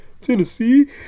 Tennessee